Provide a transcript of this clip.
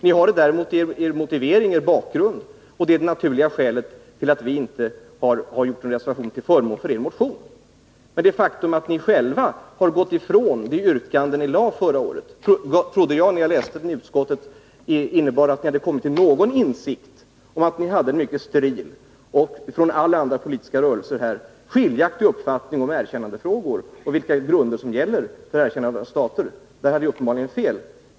Ni har det däremot i bakgrunden i er motivering, och detta är det naturliga skälet till att vi inte har gjort er motion till föremål för en reservation. Det faktum att ni själva har gått ifrån det yrkande ni lade fram förra året innebar, trodde jag, när jag läste utskottsbetänkandet, att ni hade kommit till någon insikt om att ni hade en mycket steril och från alla andra politiska rörelser skiljaktig uppfattning om Nr 53 erkännandefrågor och om vilka grunder som gäller för erkännande av stater. Jag hade uppenbarligen fel.